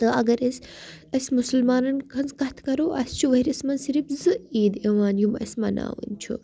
تہٕ اگر أسۍ أسۍ مُسلمانَن ہٕنٛز کَتھ کَرو اَسہِ چھُ ؤریَس منٛز صرف زٕ عیٖدٕ یِوان یِم أسۍ مَناوٕنۍ چھُ